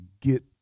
get